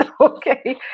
Okay